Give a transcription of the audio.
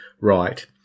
right